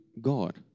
God